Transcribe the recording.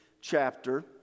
chapter